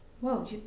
Whoa